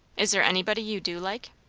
is there anybody you do like?